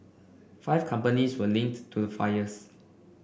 five companies were linked to the fires